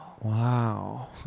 Wow